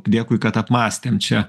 dėkui kad apmąstėm čia